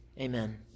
Amen